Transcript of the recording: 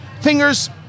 Fingers